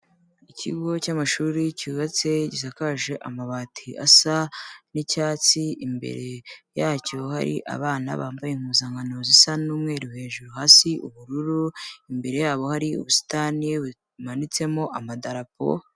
Ikigo cy'amashuri cyubatse, gisakaje amabati asa n'icyatsi, imbere yacyo hari abana bambaye impuzankano zisa n'umweru hejuru, hasi ubururu, imbere yabo hari ubusitani bumanitsemo amadarapo.